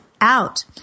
out